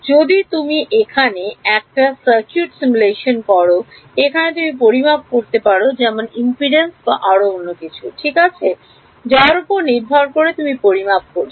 যদি তুমি এখানে একটা সার্কিট সিমুলেশন করো এখানে তুমি পরিমাপ করতে পারো যেমন ইম্পিডেন্স বা আরো অন্য কিছু ঠিক আছে যার উপর নির্ভর করে তুমি পরিমাপ করেছ